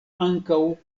ankaŭ